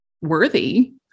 worthy